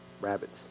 rabbits